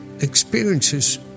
experiences